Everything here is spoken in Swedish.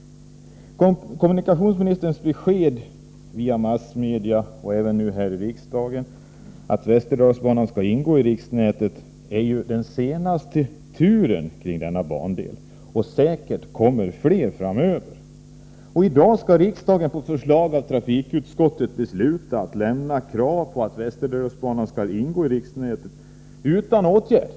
Kommunikationsministerns besked via massmedia — och i dag även här i riksdagen — att Västerdalsbanan skall ingå i riksnätet är den senaste turen kring denna bandel. Det kommer säkerligen fler framöver. I dag skall riksdagen på förslag av trafikutskottet besluta att lämna kravet på att Västerdalsbanan skall ingå i riksnätet utan åtgärd.